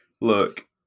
Look